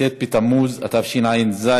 ט' בתמוז התשע"ז,